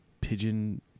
Pigeon